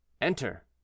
Enter